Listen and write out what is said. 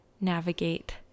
navigate